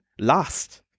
last